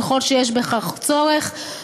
ככל שיש בכך צורך,